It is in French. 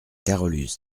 carolus